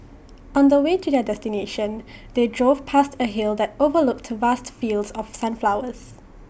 on the way to their destination they drove past A hill that overlooked vast fields of sunflowers